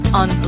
on